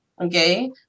Okay